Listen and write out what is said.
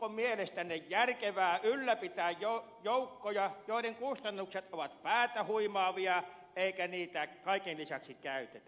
onko mielestänne järkevää ylläpitää joukkoja joiden kustannukset ovat päätähuimaavia ja joita ei kaiken lisäksi käytetä